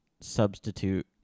substitute